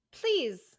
please